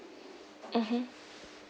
mmhmm